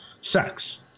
sex